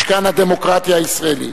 משכן הדמוקרטיה הישראלית.